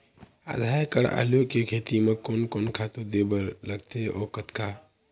आधा एकड़ आलू के खेती म कोन कोन खातू दे बर लगथे अऊ कतका?